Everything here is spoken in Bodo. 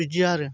बिदि आरो